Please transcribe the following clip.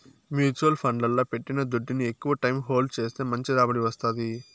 mutual ఫండ్లల్ల పెట్టిన దుడ్డుని ఎక్కవ టైం హోల్డ్ చేస్తే మంచి రాబడి వస్తాది